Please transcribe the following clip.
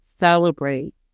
celebrate